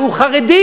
שהוא חרדי,